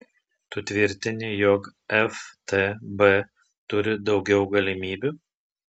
tu tvirtini jog ftb turi daugiau galimybių